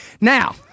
Now